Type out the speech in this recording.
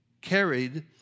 carried